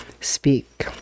speak